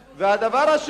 אנחנו,